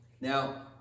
Now